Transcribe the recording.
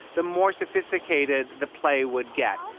the more sophisticated the play would get